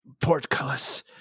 Portcullis